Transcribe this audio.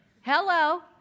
Hello